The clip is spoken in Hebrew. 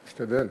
משתדל.